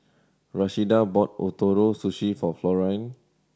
Rashida bought Ootoro Sushi for Florine